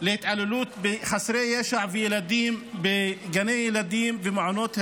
להתעללות בחסרי ישע וילדים בגני ילדים ובמעונות הילדים.